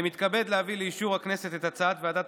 אני מתכבד להביא לאישור הכנסת את הצעת ועדת